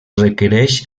requereix